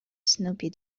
snoopy